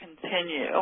continue